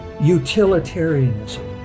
utilitarianism